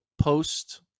post